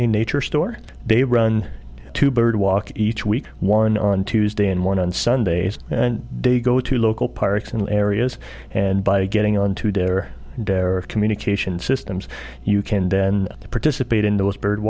a nature store they run to bird walk each week one on tuesday and one on sundays and they go to local parks and areas and by getting on to their dare of communication systems you can then participate in those bird